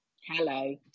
hello